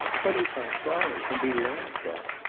twenty-five dollars! and be laughed at!